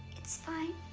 it's fine.